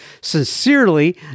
sincerely